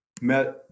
met